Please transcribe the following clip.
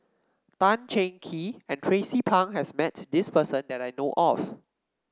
Tan Cheng Kee and Tracie Pang has met this person that I know of